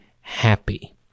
happy